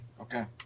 Okay